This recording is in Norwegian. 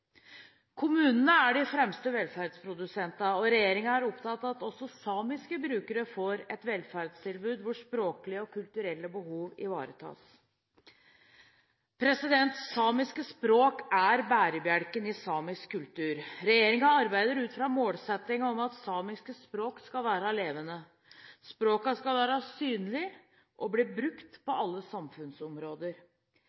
Kommunene er de fremste velferdsprodusentene, og regjeringen er opptatt av at også samiske brukere får et velferdstilbud hvor språklige og kulturelle behov ivaretas. Samiske språk er bærebjelken i samisk kultur. Regjeringen arbeider ut fra målsettingen om at samiske språk skal være levende. Språkene skal være synlige og bli brukt på